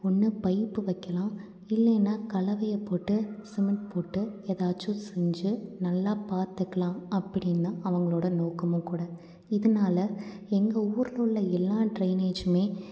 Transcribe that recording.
ஒன்று பைப்பு வைக்கலாம் இல்லைன்னா கலவையை போட்டு சிமெண்ட் போட்டு எதாச்சும் செஞ்சு நல்லா பார்த்துக்கலாம் அப்படின்னா அவங்களோட நோக்கமும் கூட இதனால எங்கள் ஊரில் உள்ள எல்லாம் டிரைனேஜும்